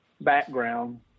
background